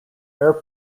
air